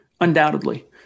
Undoubtedly